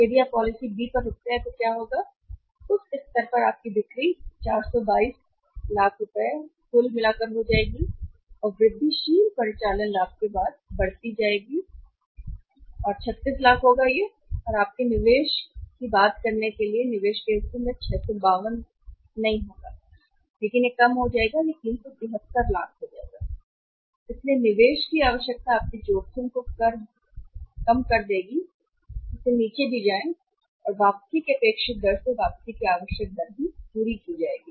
यदि आप policy B पर रुकते हैं तो क्या होगा उस स्तर पर आपकी बिक्री 422 लाख कुल और वृद्धिशील परिचालन लाभ के बाद बढ़ती जाएगी कर 36 लाख होगा और आपके निवेश की बात करने के लिए निवेश के हिस्से में भी 652 नहीं होगा लेकिन यह कम हो जाएगा कि 373 लाख है इसलिए निवेश की आवश्यकता आपके जोखिम को कम कर देगी नीचे भी जाएं और वापसी की अपेक्षित दर से वापसी की आवश्यक दर भी पूरी की जाएगी